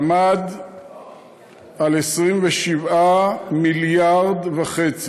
עמד על 27.5 מיליארד.